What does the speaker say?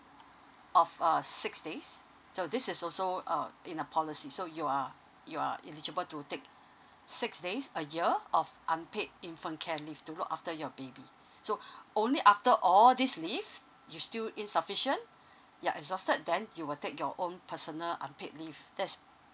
of err six days so this is also uh in the policy so you are you are eligible to take six days a year of unpaid infant care leave to look after your baby so only after all these leave you still insufficient ya exhausted then you will take your own personal unpaid leave that's if